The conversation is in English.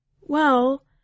Well